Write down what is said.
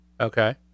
Okay